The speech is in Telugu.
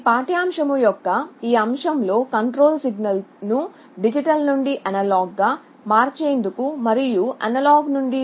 ఈ ఉపన్యాసం యొక్క అంశం డిజిటల్ నుండి అనలాగ్ మార్పిడి గురించి